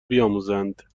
بیاموزند